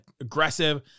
aggressive